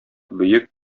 бөек